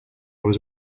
was